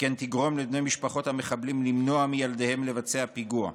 וכן תגרום לבני משפחות המחבלים למנוע מילדיהם לבצע פיגוע.